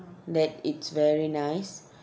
that it's very nice